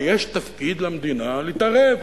ויש תפקיד למדינה להתערב.